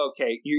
okay